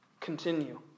Continue